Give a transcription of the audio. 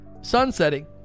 Sunsetting